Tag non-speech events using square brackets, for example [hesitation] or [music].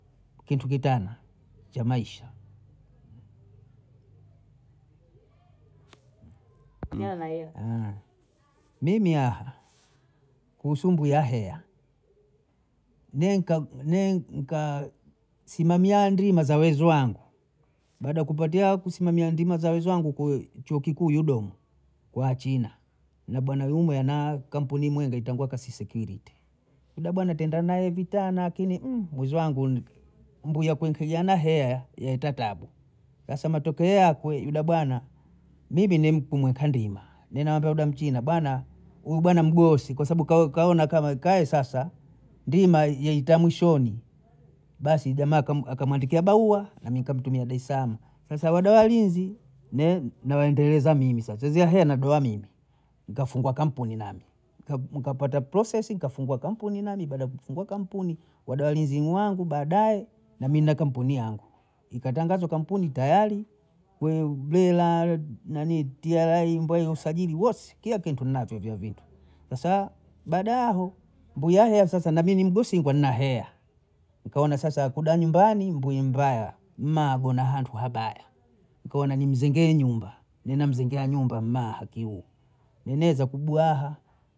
Kintu kitana cha Maisha, [noise] [hesitation] aya mimi aha kuhusu mbuya heya mi minkaa simamya ndima za wezi wangu baada kupotea kusimamia ndima za wezi wangu ku chou kikuu yudomu kwa wachina na bwana yumwe ana kampuni mwega itangwa kasispiriti, yuda bwana twaenda nae vitana lakini [hesitation] mwezi wangu mbuya kuinkiana heya yaeta tabu, sasa matokeo yakwe yuda bwana mimi ni kumweka ndima, ni nawambia yuda mchina bana huyu bana mgosi kwa sabu kaona kae sasa ndima yaita mwishoni, basi jamaa kamwandikia barua na mi nkamtumia daesaama, sasa wada walinzi mi naendeleza mimi sasa hizo heya napewa mimi, nkafungua kampuni nami nkapata prosesi nkafungua kampuni nami baada ya kufungua kampuni wada walinzi ni wangu baadae nami nakampuni yangu ikatangazwa kampuni tayari we ugera nanii tiaraei mbweni ya usajili wose kia kintu ninacho vyo vitu sasa bada aho mbuya oya sasa ni mgosingwa nna heya nkaona sasa kuda nyumbani mbwi mbaya mma abona hantu wabaya nkaona nimzengee nyumba nimemzengea nyumba mama hakiwu nineza kubwaha